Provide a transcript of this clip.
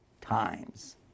times